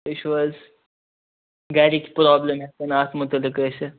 وٕچھِو حَظ گرِک پرابلِم ہیٚکن اتھ متعلق ٲسِتھ